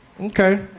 Okay